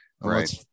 Right